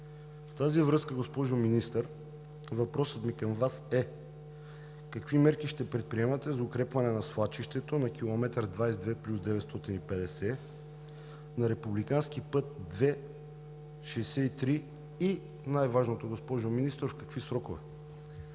В тази връзка, госпожо Министър, въпросът ми към Вас е: какви мерки ще предприемете за укрепване на свлачището на километър 22+950 на републикански път ІІ-63 и най-важното, госпожо Министър, в какви срокове?